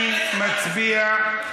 אני מצביע.